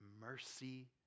mercy